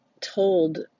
told